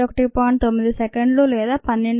9 సెకండ్లు లేదా 12